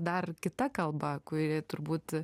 dar kita kalba kuri turbūt